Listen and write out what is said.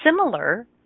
similar